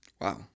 Wow